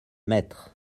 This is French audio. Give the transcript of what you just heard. maîtres